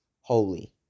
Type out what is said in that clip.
holy